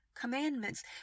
commandments